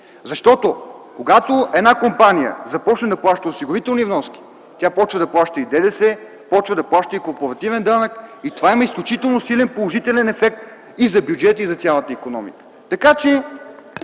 въпрос. Когато една компания започне да плаща осигурителни вноски, тя започва да плаща и ДДС, започва да плаща и корпоративен данък - това има изключително силен положителен ефект и за бюджета, и за цялата икономика.